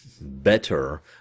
better